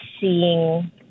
seeing